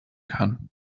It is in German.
kann